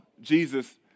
Jesus